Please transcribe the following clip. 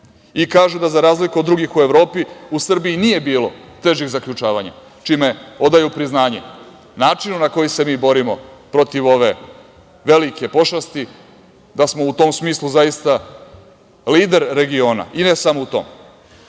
I kažu da za razliku od drugih u Evropi, u Srbiji nije bilo težih zaključavanja, čime odaju priznanje načinu na koji se mi borimo protiv ove velike pošasti, da smo u tom smislu zaista lider regiona. I ne samo u tom. Ako